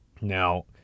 Now